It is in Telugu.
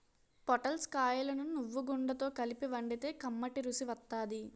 పొటల్స్ కాయలను నువ్వుగుండతో కలిపి వండితే కమ్మటి రుసి వత్తాది